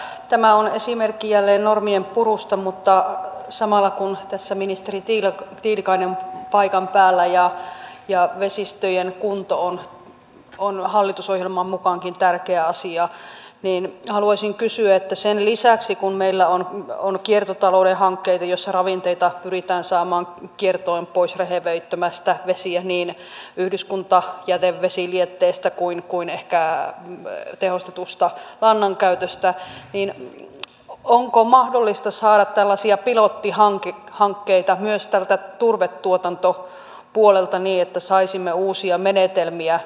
tämä on jälleen esimerkki normienpurusta mutta samalla kun tässä ministeri tiilikainen on paikan päällä ja vesistöjen kunto on hallitusohjelmankin mukaan tärkeä asia haluaisin kysyä että sen lisäksi kun meillä on kiertotalouden hankkeita joissa ravinteita pyritään saamaan kiertoon pois rehevöittämästä vesiä niin yhdyskuntajätevesilietteestä kuin ehkä tehostetusta lannan käytöstä onko mahdollista saada tällaisia pilottihankkeita myös tältä turvetuotantopuolelta niin että saisimme uusia menetelmiä käyttöön